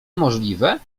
możliwe